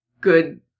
good